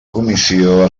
comissió